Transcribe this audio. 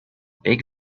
big